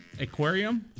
Aquarium